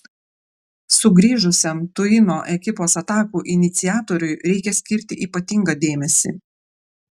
sugrįžusiam tuino ekipos atakų iniciatoriui reikia skirti ypatingą dėmesį